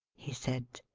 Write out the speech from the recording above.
he said.